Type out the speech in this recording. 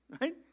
Right